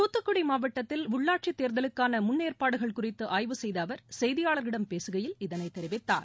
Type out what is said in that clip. தூத்தக்குடி மவாட்டத்தில் உள்ளாட்சி தேர்தலுக்கான முன்னேற்பாடுகள் குறித்து ஆய்வு செய்த அவர் செய்தியாளர்களிடம் பேசுகையில் இதனைத் தெரிவித்தார்